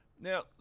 now